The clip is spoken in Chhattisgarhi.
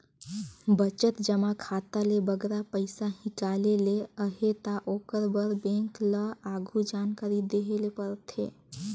बचत जमा खाता ले बगरा पइसा हिंकाले ले अहे ता ओकर बर बेंक ल आघु जानकारी देहे ले परथे